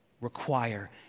require